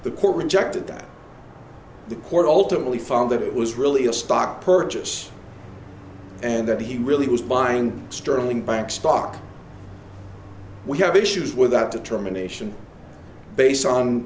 the court rejected that the court ultimately found that it was really a stock purchase and that he really was buying sterling bank stock we have issues with that determination based on